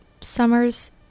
summers